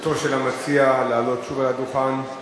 זכותו של המציע לעלות שוב לדוכן,